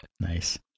Nice